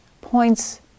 points